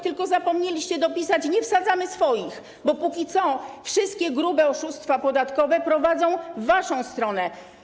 Tylko zapomnieliście dopisać: nie wsadzamy swoich, bo jak dotąd wszystkie grube oszustwa podatkowe prowadzą w waszą stronę.